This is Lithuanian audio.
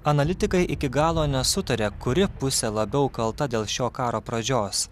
analitikai iki galo nesutaria kuri pusė labiau kalta dėl šio karo pradžios